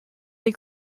they